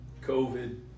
COVID